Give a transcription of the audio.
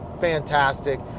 fantastic